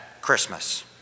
Christmas